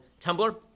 Tumblr